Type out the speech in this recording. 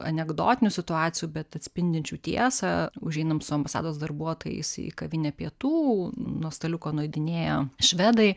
anekdotinių situacijų bet atspindinčių tiesą užeinam su ambasados darbuotojais į kavinę pietų nuo staliuko nueidinėja švedai